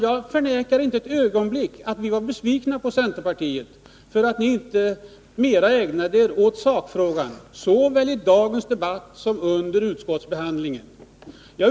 Jag förnekar inte, Einar Larsson, att vi var besvikna på centerpartiet för att centerpartiet inte ägnade sig mer åt sakfrågan, såväl i dagens debatt som under utskottsbehandlingen.